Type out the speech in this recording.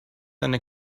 eine